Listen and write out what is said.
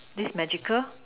this magical